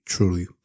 truly